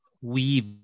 weave